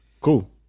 Cool